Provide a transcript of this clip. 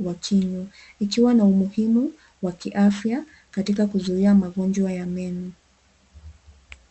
wa kinywa, ikiwa na umuhimu wa kiafya katika kuzuia magonjwa ya meno.